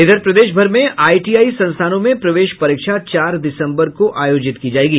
इधर प्रदेश भर में आईटीआई संस्थानों में प्रवेश परीक्षा चार दिसम्बर को आयोजित की जायेगी